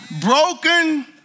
broken